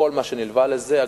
כל מה שנלווה לזה.